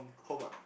home ah